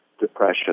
depression